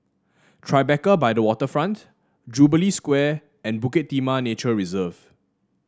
Tribeca by the Waterfront Jubilee Square and Bukit Timah Nature Reserve